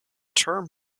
term